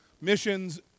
missions